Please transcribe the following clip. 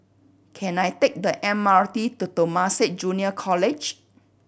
can I take the M R T to Temasek Junior College